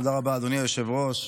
אדוני היושב-ראש.